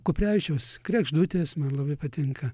kuprevičiaus kregždutės man labai patinka